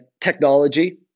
technology